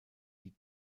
die